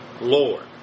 Lord